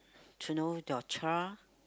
to know your child